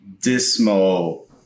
dismal